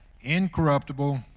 incorruptible